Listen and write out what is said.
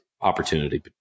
opportunity